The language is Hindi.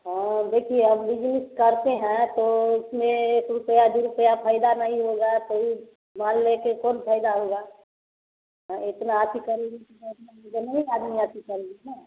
हाँ देखिए अब बिजनेस करते हैं तो उसमें एक रुपया दू रुपया फ़ायदा नहीं होगा तो इ माल लेकर कौन फ़ायदा होगा हैं इतना अथी करेंगे तो नहीं आदमी अथी करेंगे न